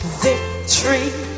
victory